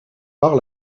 par